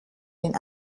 den